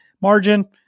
margin